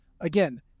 Again